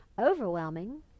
overwhelming